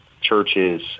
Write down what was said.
churches